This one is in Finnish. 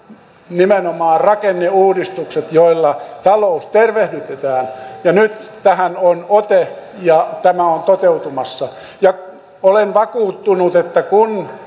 nimenomaan rakenneuudistukset joilla talous tervehdytetään ja nyt tähän on ote ja tämä on toteutumassa ja olen vakuuttunut että kun